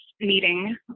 Meeting